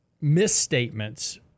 misstatements